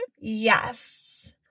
Yes